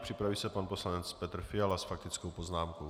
Připraví se pan poslanec Petr Fiala s faktickou poznámkou.